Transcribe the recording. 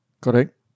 Correct